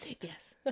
Yes